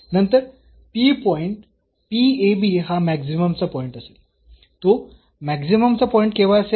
नंतर पॉईंट हा मॅक्सिमम चा पॉईंट असेल तो मॅक्सिममचा पॉईंट केव्हा असेल